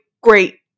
great